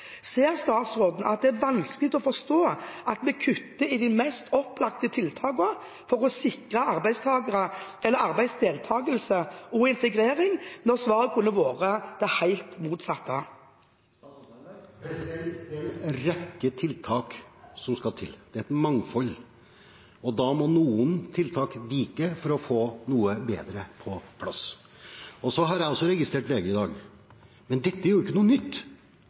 Ser statsråden at det er vanskelig å forstå at man kutter i de mest opplagte tiltakene for å sikre arbeidsdeltakelse og integrering, når svaret kunne vært det helt motsatte? Det er en rekke tiltak som skal til, det er et mangfold. Da må noen tiltak vike for å få noe bedre på plass. Jeg har også registrert det som står i VG i dag. Men dette er jo ikke noe nytt.